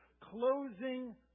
closing